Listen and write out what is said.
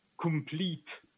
complete